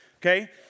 Okay